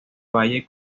valle